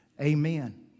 amen